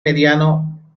mediano